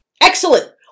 Excellent